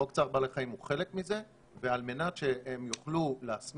חוק צער בעלי חיים הוא חלק מזה ועל מנת שהם יוכלו להסמיך